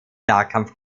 nahkampf